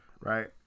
right